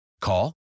Call